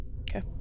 Okay